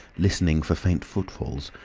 listening for faint footfalls,